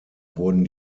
wurden